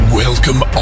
welcome